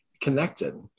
connected